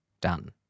Done